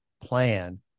plan